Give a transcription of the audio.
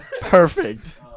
perfect